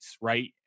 right